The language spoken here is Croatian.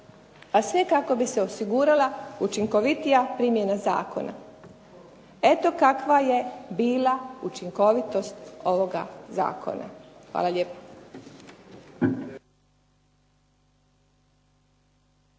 a sve kako bi se osigurala učinkovitija primjena zakona. Eto kakva je bila učinkovitost ovoga zakona. Hvala lijepo.